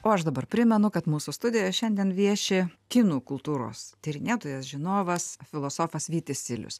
o aš dabar primenu kad mūsų studijoj šiandien vieši kinų kultūros tyrinėtojas žinovas filosofas vytis silius